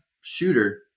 Shooter